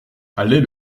allait